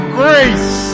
grace